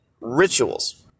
rituals